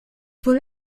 wohl